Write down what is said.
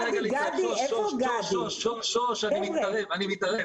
שוש, אני מתערב.